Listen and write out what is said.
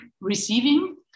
Receiving